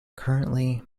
currently